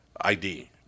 ID